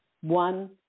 one